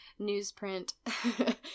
newsprint